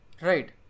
right